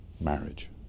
marriage